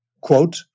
quote